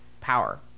power